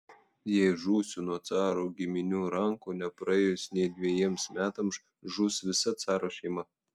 jei žūsiu nuo caro giminių rankų nepraėjus nei dvejiems metams žus visa caro šeima